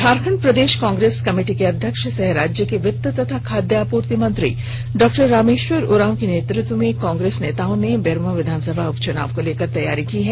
झारखंड प्रदेश कांग्रेस कमेटी के अध्यक्ष सह राज्य के वित्त तथा खाद्य आपूर्ति मंत्री डॉ रामेश्वर उरांव के नेतृत्व में कांग्रेस नेताओं ने बेरमो विधानसभा उपचुनाव को लेकर तैयारी की है